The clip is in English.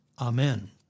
Amen